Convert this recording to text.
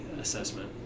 assessment